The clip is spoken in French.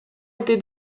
été